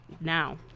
Now